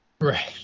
right